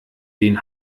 den